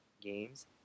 games